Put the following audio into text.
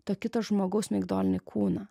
to kito žmogaus migdolinį kūną